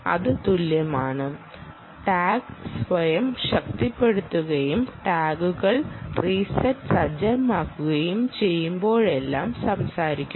ഇത് തുല്യമാണ് ടാഗ് സ്വയം ശക്തിപ്പെടുത്തുകയും ടാഗുകൾ റീസെറ്റ് സജ്ജമാക്കുകയും ചെയ്യുമ്പോഴെല്ലാം സംസാരിക്കുക